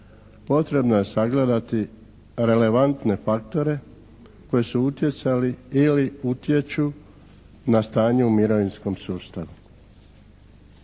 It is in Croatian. potrebno je sagledati relevantne faktore koji su utjecali ili utječu na stanje u mirovinskom sustavu.